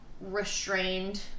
restrained